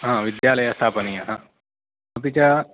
हा विद्यालयः स्थापनीयः अपि च